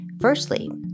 Firstly